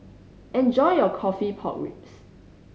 enjoy your coffee pork ribs